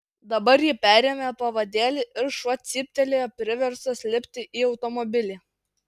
dabar ji perėmė pavadėlį ir šuo cyptelėjo priverstas lipti į automobilį